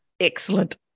excellent